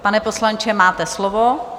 Pane poslanče, máte slovo.